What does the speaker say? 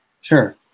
sure